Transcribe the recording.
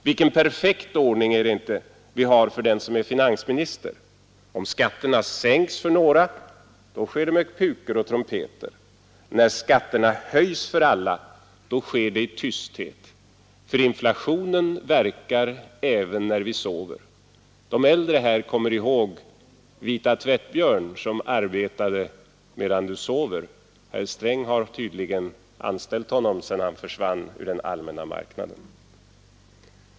Vilken perfekt ordning är det inte vi har i dag — för den som är finansminister. Om skatterna sänks för några sker det med pukor och trumpeter. När skatterna höjs för alla sker det i tysthet, för inflationen verkar även när vi sover. De äldre kommer säkert ihåg Vita Tvättbjörn, som arbetar medan du sover. Herr Sträng har tydligen anställt honom sedan han försvann ur den allmänna marknaden.